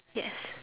yes